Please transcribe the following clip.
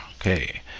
okay